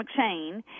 McShane